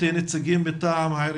החוק יאזן, אז איפה האיזון הזה?